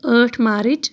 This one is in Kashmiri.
ٲٹھ مارٕچ